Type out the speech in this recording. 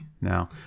Now